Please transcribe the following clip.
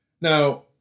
Now